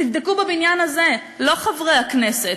תבדקו בבניין הזה: לא חברי הכנסת,